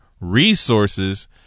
resources